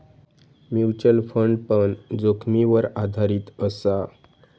mutual fund पण जोखीमीवर आधारीत असा